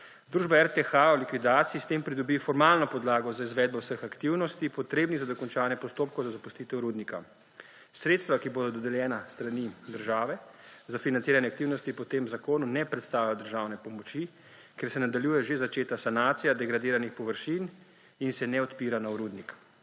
Družba RTH v likvidaciji s tem pridobi formalno podlago za izvedbo vseh aktivnosti, potrebnih za dokončanje postopkov za zapustitev rudnika. Sredstva, ki bodo dodeljena s strani države za financiranje aktivnosti po tem zakonu, ne predstavljajo državne pomoči, ker se nadaljuje že začeta sanacija degradiranih površin in se ne odpira nov rudnik.